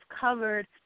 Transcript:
covered